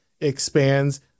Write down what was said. expands